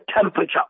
temperature